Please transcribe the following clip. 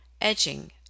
edging